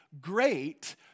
Great